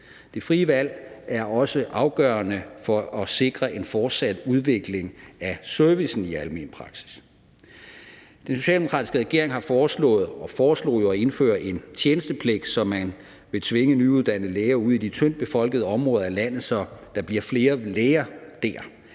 Det frie valg er også afgørende for at sikre en fortsat udvikling af servicen i almen praksis. Den socialdemokratiske regering har foreslået at indføre en tjenestepligt, så man vil tvinge nyuddannede læger ud i de tyndtbefolkede områder af landet, så der bliver flere læger dér.